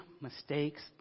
mistakes